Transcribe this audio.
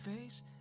face